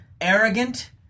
arrogant